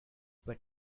but